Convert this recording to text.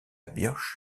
birch